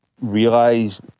realize